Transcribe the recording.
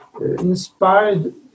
inspired